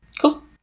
Cool